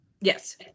Yes